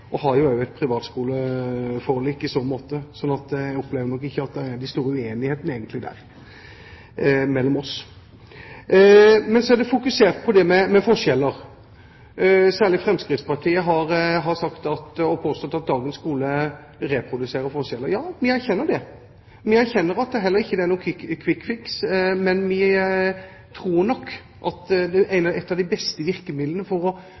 jeg opplever jo at vi som representerer regjeringspartiene, og Kristelig Folkeparti langt på vei er enige; vi har også et privatskoleforlik i så måte. Så jeg opplever egentlig ikke at det er de store uenighetene mellom oss der. Så er det fokusert på det med forskjeller. Særlig Fremskrittspartiet har påstått at dagens skole reproduserer forskjeller. Ja, vi erkjenner det. Vi erkjenner at det heller ikke er noen «quick fix». Men vi tror nok at et av de beste virkemidlene for å